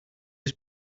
was